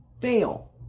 fail